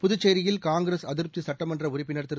புதுச்சேரியில் காங்கிரஸ் அதிருப்தி சட்டமன்ற உறுப்பினர் திரு